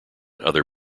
other